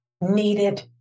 needed